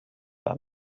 war